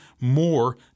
more